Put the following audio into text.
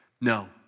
No